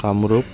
Kamrup